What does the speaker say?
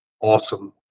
Awesome